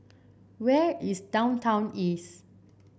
where is Downtown East